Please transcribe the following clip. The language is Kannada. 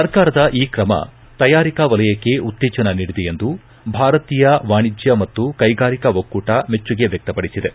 ಸರ್ಕಾರದ ಈ ಕ್ರಮ ತಯಾರಿಕಾ ವಲಯಕ್ಕೆ ಉತ್ತೇಜನ ನೀಡಿದೆ ಎಂದು ಭಾರತೀಯ ವಾಣಿಜ್ಯ ಮತ್ತು ಕೈಗಾರಿಕಾ ಒಕ್ಕೂಟ ಮೆಚ್ಚುಗೆ ವ್ಯಕ್ತಪಡಿಸಿದೆ